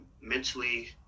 mentally